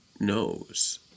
knows